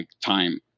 time